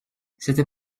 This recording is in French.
c’était